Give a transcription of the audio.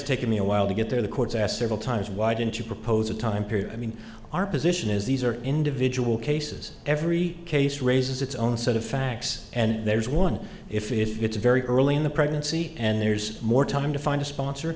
taken me a while to get there the courts asked several times why didn't you propose a time period i mean our position is these are individual cases every case raises its own set of facts and there's one if if it's very early in the pregnancy and there's more time to find a sponsor